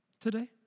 today